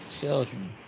Children